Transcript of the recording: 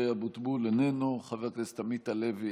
חבר הכנסת משה אבוטבול,